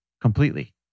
completely